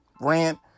rant